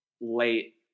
late